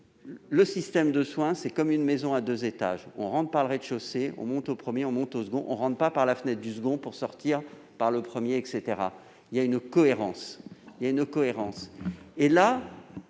veut. Le système de soins, c'est comme une maison à deux étages : on entre par le rez-de-chaussée, on monte au premier étage, puis au second ; on n'entre pas par la fenêtre du second pour sortir par celle du premier ... Il y a une cohérence